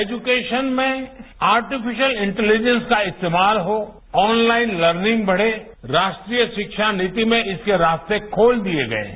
एज़करान में artificial intelligence का इस्तेमाल हो ऑनलाइन लर्निंग बढ़े राष्ट्रीय शिक्षा नीति में इसके रास्ते खोल दिये गये हैं